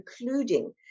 including